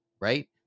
right